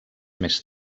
més